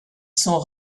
sont